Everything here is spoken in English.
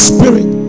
Spirit